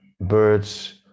birds